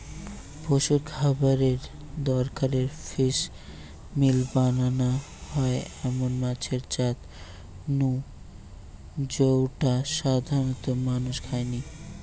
পশুর খাবারের দরকারে ফিসমিল বানানা হয় এমন মাছের জাত নু জউটা সাধারণত মানুষ খায়নি